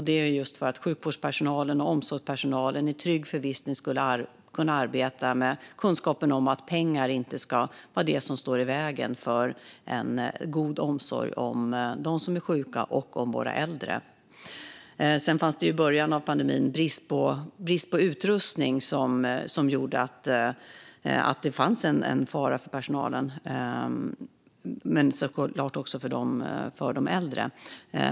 Detta gjorde vi för att sjukvårdspersonalen och omsorgspersonalen skulle kunna arbeta i trygg förvissning om att pengar inte ska vara det som står i vägen för en god omsorg om dem som är sjuka och om våra äldre. I början av pandemin rådde brist på utrustning, vilket gjorde att det fanns en fara såväl för personalen som för de äldre.